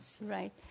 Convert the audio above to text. Right